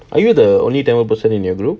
are you the only tamil person in your group